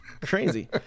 crazy